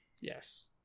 Yes